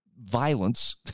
violence